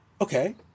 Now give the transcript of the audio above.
Okay